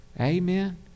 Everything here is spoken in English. Amen